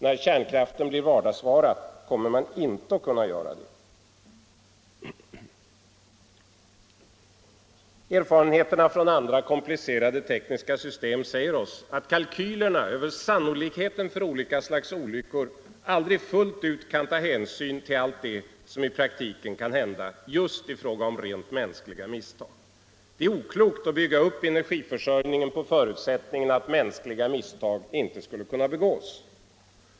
När kärnkraften blir vardagsvara kommer man inte att kunna göra det. Erfarenheterna från andra komplicerade tekniska system säger oss att kalkylerna över sannolikheten för olika slags olyckor aldrig fullt ut kan ta hänsyn till allt det som i praktiken kan hända just i fråga om rent mänskliga misstag. Det är oklokt att bygga upp energiförsörjningen på förutsättningen att mänskliga misstag inte skulle kunna begås.